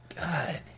God